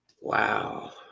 Wow